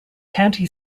county